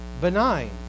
benign